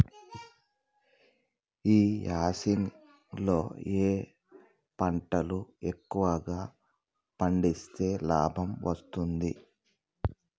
ఈ యాసంగి లో ఏ పంటలు ఎక్కువగా పండిస్తే లాభం వస్తుంది?